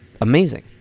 Amazing